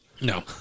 No